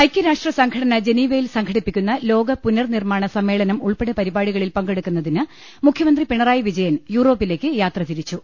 ഐക്യരാഷ്ട്ര സംഘടന ജനീവയിൽ സംഘടിപ്പിക്കുന്ന ലോക പുനർനിർമ്മാണ സമ്മേളനം ഉൾപ്പെടെ പരിപാടികളിൽ പങ്കെ ടുക്കുന്നതിന് മുഖ്യമന്ത്രി പിണറായി വിജയൻ യൂറോപ്പിലേക്ക് യാത്ര തിരിച്ചു